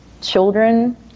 children